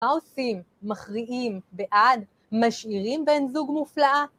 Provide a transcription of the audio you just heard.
מה עושים, מכריעים בעד, משאירים בן זוג מופלאה?